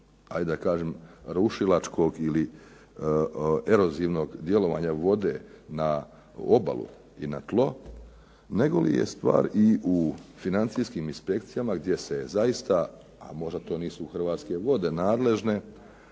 ajde da kažem rušilačkog ili erozivnog djelovanja vode na obalu i na tlo, nego li je stvar u financijskim inspekcijama gdje se zaista, a možda to nisu Hrvatske vode nadležne,